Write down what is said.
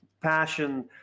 passion